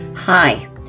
Hi